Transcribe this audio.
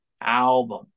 album